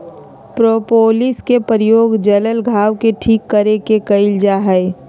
propolis के प्रयोग जल्ल घाव के ठीक करे में कइल जाहई